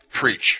Preach